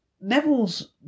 Neville's